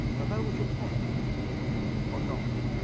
but that was your point or not?